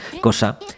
cosa